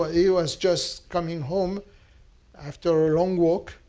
ah yeah was just coming home after a long walk.